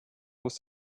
was